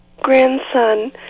grandson